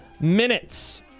minutes